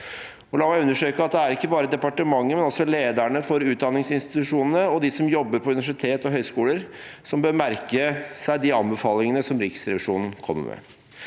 La meg understreke at det ikke bare er departementet, men også lederne for utdanningsinstitusjonene og de som jobber på universitet og høyskoler, som bør merke seg anbefalingene som Riksrevisjonen kommer med.